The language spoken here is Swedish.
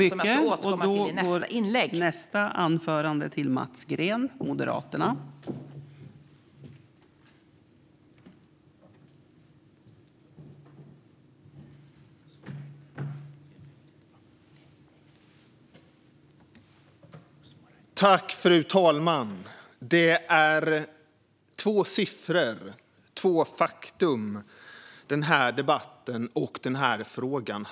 Detta ska jag återkomma till i nästa inlägg.